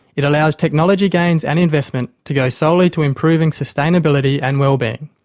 it allows technology gains and investment to go solely to improving sustainability and wellbeing.